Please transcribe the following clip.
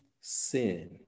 sin